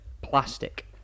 Plastic